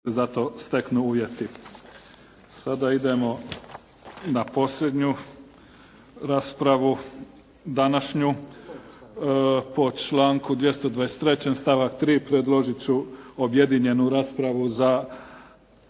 Neven (SDP)** Sada idemo na posljednju raspravu današnju. Po članku 223. stavak 3. predložit ću objedinjenu raspravu za